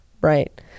right